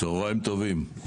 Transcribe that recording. צהריים טובים,